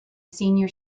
senior